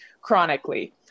chronically